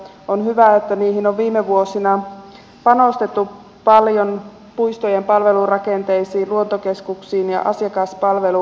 on hyvä että niissä on viime vuosina panostettu paljon puistojen palvelurakenteisiin luontokeskuksiin ja asiakaspalveluun